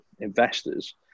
investors